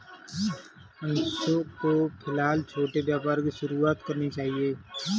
अंशु को फिलहाल छोटे व्यापार की शुरुआत करनी चाहिए